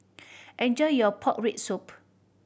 enjoy your pork rib soup